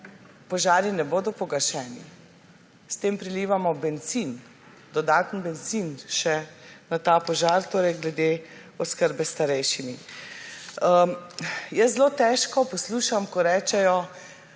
požari ne bodo pogašeni. S tem prilivamo bencin, dodatni bencin še na ta požar glede oskrbe starejših. Jaz zelo težko poslušam, ko rečejo